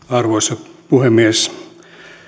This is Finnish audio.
arvoisa puhemies